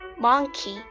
monkey